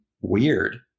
weird